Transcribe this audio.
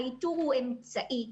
האיתור הוא אמצעי.